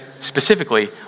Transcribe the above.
specifically